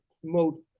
promote